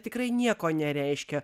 tikrai nieko nereiškia